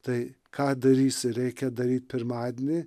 tai ką darysi reikia daryt pirmadienį